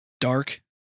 dark